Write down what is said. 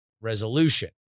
resolution